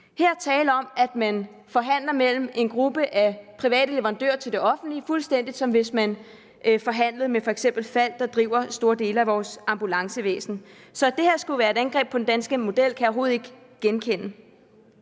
er tale om, at man forhandler med en gruppe af private leverandører til det offentlige, fuldstændig som hvis man f.eks. forhandlede med Falck, der driver store dele af vores ambulancevæsen. Så at det her skulle være et angreb på den danske model, kan jeg overhovedet ikke genkende.